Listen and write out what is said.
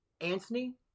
Anthony